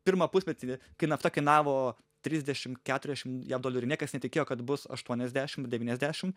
pirmą pusmetį kai nafta kainavo trisdešim keturiasdešim jav dolerių niekas netikėjo kad bus aštuoniasdešim devyniasdešim